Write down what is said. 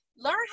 Learn